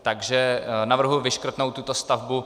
Takže navrhuji vyškrtnout tuto stavbu.